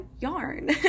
yarn